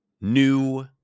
new